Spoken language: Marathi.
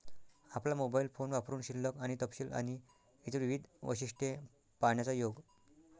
आपला मोबाइल फोन वापरुन शिल्लक आणि तपशील आणि इतर विविध वैशिष्ट्ये पाहण्याचा योग